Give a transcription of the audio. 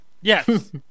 Yes